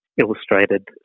illustrated